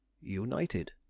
united